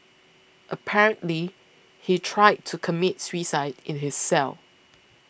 apparently he tried to commit suicide in his cell